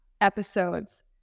episodes